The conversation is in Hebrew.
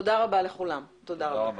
תודה רבה,